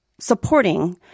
supporting